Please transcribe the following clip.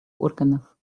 органов